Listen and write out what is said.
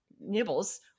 nibbles